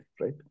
right